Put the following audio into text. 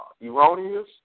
erroneous